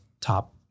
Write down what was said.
top